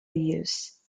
use